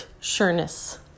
sureness